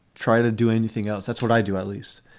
try to do anything else. that's what i do, at least.